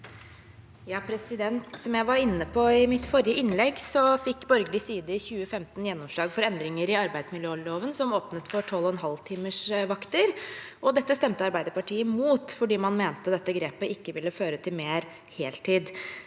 (H) Som jeg var inne på i mitt innlegg, fikk borgerlig side i 2015 gjennomslag for endringer i arbeidsmiljøloven, noe som åpnet for 12,5timersvakter. Dette stemte Arbeiderpartiet imot, for man mente dette grepet ikke ville føre til mer heltid.